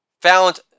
found